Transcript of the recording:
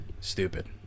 Stupid